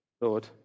Lord